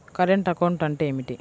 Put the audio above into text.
Current account అంటే ఏమిటి?